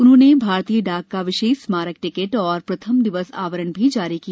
उन्होंने भारतीय डाक का विशेष स्मारक टिकट और प्रथम दिवस आवरण भी जारी किया